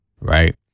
right